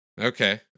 Okay